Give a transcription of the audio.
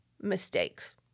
mistakes